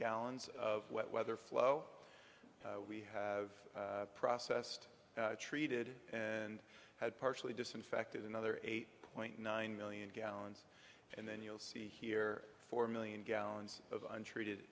gallons of wet weather flow we have processed treated and had partially disinfected another eight point nine million gallons and then you'll see here four million gallons of untreated